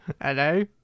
Hello